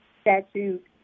statute